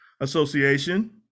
Association